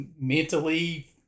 mentally